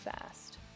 fast